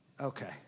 okay